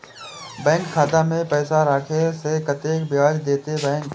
Bank खाता में पैसा राखे से कतेक ब्याज देते बैंक?